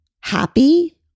happy